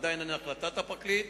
עדיין אין החלטת הפרקליט,